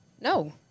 no